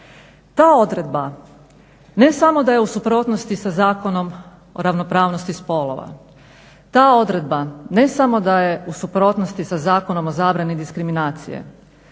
Ta odredba ne samo da je suprotnosti sa Zakonom o ravnopravnosti spolova, ta odredba ne samo da je u suprotnosti sa Zakonom o zabrani diskriminacije,